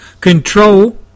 control